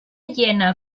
hiena